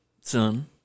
Son